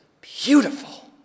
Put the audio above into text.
beautiful